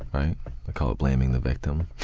i call it blaming the victim.